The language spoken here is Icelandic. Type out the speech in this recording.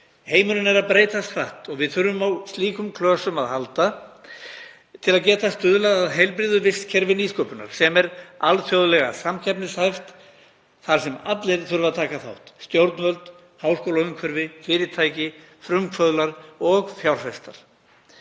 Heimurinn er að breytast hratt og við þurfum á slíkum klösum að halda til að geta stuðla að heilbrigðu vistkerfi nýsköpunar sem er alþjóðlega samkeppnishæft þar sem allir þurfa að taka þátt; stjórnvöld, háskólaumhverfi, fyrirtæki, frumkvöðlar og fjárfestar.